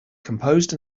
composed